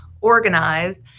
organized